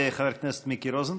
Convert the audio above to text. חבר הכנסת מיקי רוזנטל,